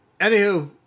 anywho